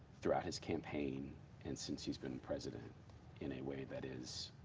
throughout his campaign and since he's been president in a way that is